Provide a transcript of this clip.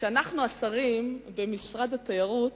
שאנחנו השרים במשרד התיירות